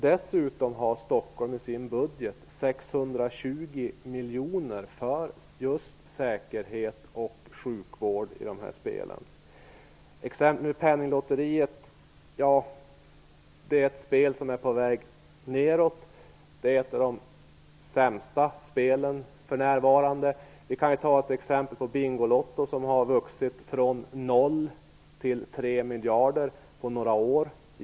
Dessutom finns det i Stockholms budget 620 miljoner för just säkerheten och sjukvården under dessa spel. Penninglotteriet är ett spel som är på väg neråt. För närvarande är det ett av de spel som går sämst. Vi kan ta Bingolotto som exempel. Årsomsättningen har vuxit från 0 till 3 miljarder på några år.